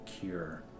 cure